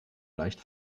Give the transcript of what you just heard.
leicht